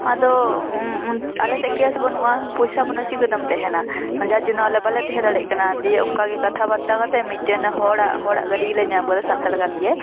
ᱟᱫᱚ ᱟᱞᱮ ᱴᱷᱮᱱ ᱠᱮᱥ ᱵᱟᱹᱱᱩᱜᱼᱟ ᱯᱚᱭᱥᱟ ᱵᱟᱹᱱᱩᱜᱼᱟ ᱪᱤᱠᱟᱹ ᱛᱮᱢ ᱛᱟᱦᱮᱱᱟ ᱡᱟᱨ ᱡᱚᱱᱱᱚ ᱟᱞᱮ ᱵᱟᱞᱮ ᱛᱟᱦᱮᱸ ᱫᱟᱲᱮᱭᱟᱜ ᱠᱟᱱᱟ ᱫᱤᱭᱮ ᱚᱱᱠᱟ ᱜᱮ ᱠᱟᱛᱷᱟ ᱵᱟᱛᱛᱟ ᱠᱟᱛᱮ ᱢᱤᱫᱴᱮᱱ ᱦᱚᱲ ᱦᱚᱲᱟᱜ ᱜᱟᱹᱰᱤ ᱞᱮ ᱧᱟᱢ ᱠᱮᱫᱟ ᱥᱟᱱᱛᱟᱲ ᱠᱟᱱ ᱜᱮᱭᱟᱭ